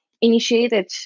initiated